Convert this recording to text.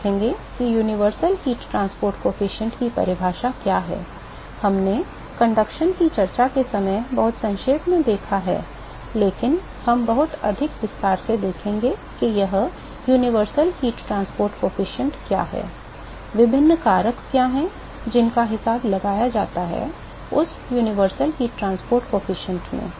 हम देखेंगे कि universal heat transport coefficient की परिभाषा क्या है हमने संचालन की चर्चा के समय बहुत संक्षेप में देखा है लेकिन हम बहुत अधिक विस्तार से देखेंगे कि यह universal heat transport coefficient क्या है विभिन्न कारक क्या हैं जिनका हिसाब लगाया जाता है उस universal heat transport coefficient में